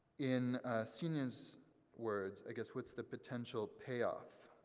in signe's words, i guess what's the potential payoff.